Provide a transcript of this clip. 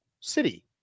city